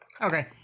Okay